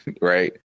right